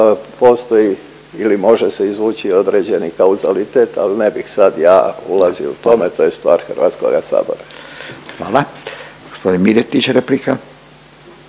…postoji ili može se izvući određeni kauzalitet, al ne bih sad ja ulazio u tome, to je stvar HS. **Radin, Furio (Nezavisni)** Hvala. Gospodin Miletić replika.